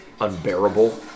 unbearable